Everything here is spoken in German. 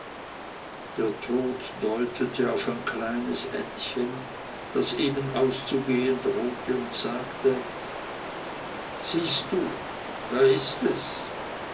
der tod deutete auf ein kleines endchen das eben auszugehen drohte und sagte siehst du da ist es